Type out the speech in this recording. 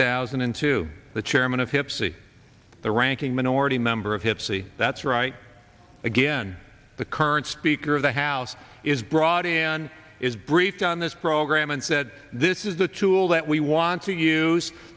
thousand and two the chairman of hip city the ranking minority member of hip city that's right again the current speaker of the house is brought in is briefed on this program and said this is the tool that we want to use